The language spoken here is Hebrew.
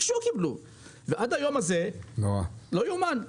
עד היום הזה לא יאומן.